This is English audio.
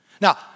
Now